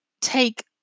take